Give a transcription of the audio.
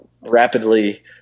rapidly